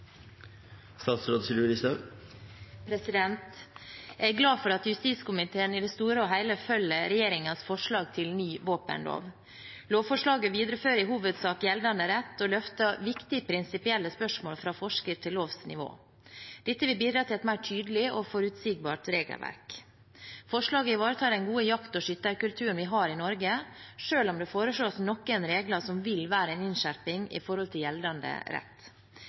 følger regjeringens forslag til ny våpenlov. Lovforslaget viderefører i hovedsak gjeldende rett og løfter viktige prinsipielle spørsmål fra forskriftsnivå til lovnivå. Dette vil bidra til et mer tydelig og forutsigbart regelverk. Forslaget ivaretar den gode jakt- og skytterkulturen vi har i Norge, selv om det foreslås noen regler som vil være en innskjerping i forhold til gjeldende rett.